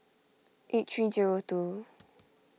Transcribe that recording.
eight three zero two